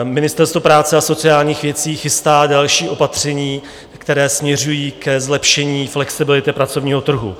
Ministerstvo práce a sociálních věcí chystá další opatření, která směřují ke zlepšení flexibility pracovního trhu.